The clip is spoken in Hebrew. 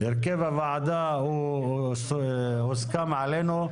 הרכב הוועדה הוסכם עלינו.